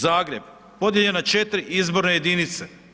Zagreb, podijeljen na 4 izborne jedinice.